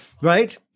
Right